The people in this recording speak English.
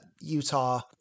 Utah